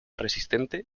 resistente